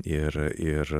ir ir